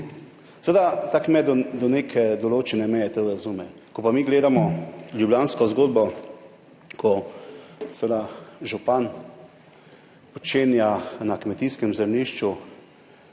Seveda kak kmet do neke določene meje to razume, ko pa mi gledamo ljubljansko zgodbo, ko seveda župan počenja na kmetijskem zemljišču,